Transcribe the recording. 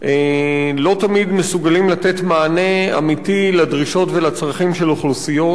לא תמיד מסוגלים לתת מענה אמיתי לדרישות ולצרכים של אוכלוסיות,